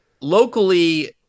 Locally